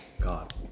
God